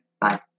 Bye